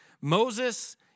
Moses